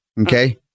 okay